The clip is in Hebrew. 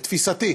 בתפיסתי,